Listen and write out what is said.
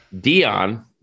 Dion